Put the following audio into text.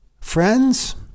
Friends